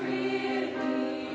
the